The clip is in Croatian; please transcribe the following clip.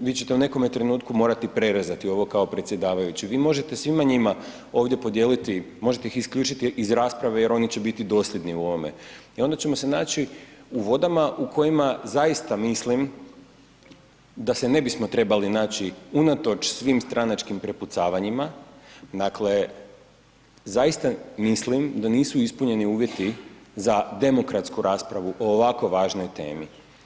vi ćete u nekome trenutku morati prerezati ovo kao predsjedavajući, vi možete svima njima ovdje podijeliti, možete ih isključiti iz rasprave jer oni će biti dosljedni u ovome i onda ćemo se naći u vodama u kojima zaista mislim da se ne bismo trebali naći unatoč svim stranačkim prepucavanjima, dakle zaista mislim da nisu ispunjeni uvjetima za demokratsku raspravu o ovako važnoj temi.